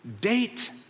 Date